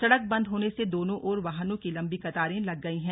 सड़क बंद होने से दोनों ओर वाहनों की लंबी कतारें लग गई हैं